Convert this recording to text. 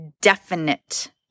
definite